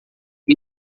que